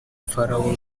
pharaoh